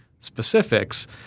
specifics